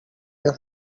your